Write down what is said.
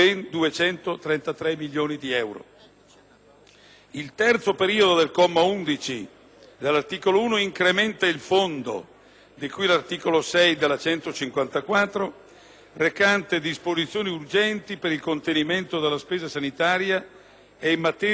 Il terzo periodo del comma 11 dell'articolo 1 incrementa il fondo di cui all'articolo 6 del decreto-legge n. 154, recante disposizioni urgenti per il contenimento della spesa sanitaria e in materia di regolazione contabile con le autonomie locali,